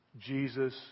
Jesus